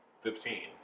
Fifteen